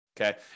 okay